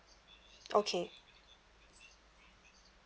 okay